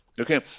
Okay